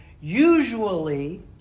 Usually